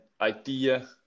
idea